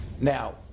Now